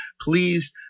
please